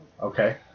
okay